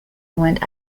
went